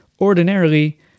ordinarily